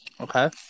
Okay